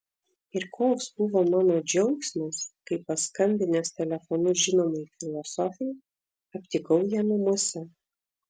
ir koks buvo mano džiaugsmas kai paskambinęs telefonu žinomai filosofei aptikau ją namuose